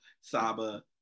Saba